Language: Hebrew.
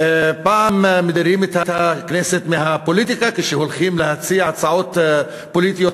פעם מדירים את הכנסת מהפוליטיקה כשהולכים להציע הצעות פוליטיות